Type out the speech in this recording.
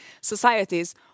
societies